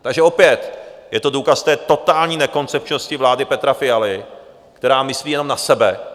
Takže opět je to důkaz totální nekoncepčnosti vlády Petra Fialy, která myslí jenom na sebe.